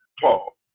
Paul